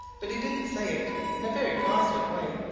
but he didn't say it in a very positive way.